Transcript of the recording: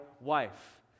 wife